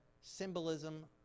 symbolism